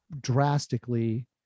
drastically